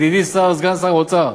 ידידי סגן שר האוצר,